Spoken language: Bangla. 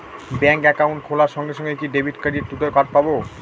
ব্যাংক অ্যাকাউন্ট খোলার সঙ্গে সঙ্গে কি ডেবিট ক্রেডিট দুটো কার্ড পাবো?